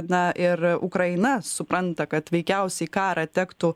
na ir ukraina supranta kad veikiausiai karą tektų